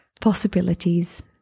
possibilities